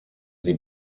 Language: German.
sie